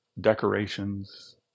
decorations